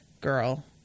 girl